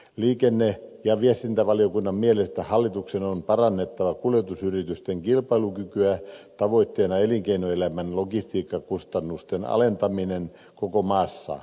liikenne ja viestintävaliokunnan mielestä hallituksen on parannettava kuljetusyritysten kilpailukykyä tavoitteena elinkeinoelämän logistiikkakustannusten alentaminen koko maassa